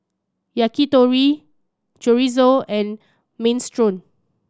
Yakitori Chorizo and Minestrone